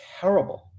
terrible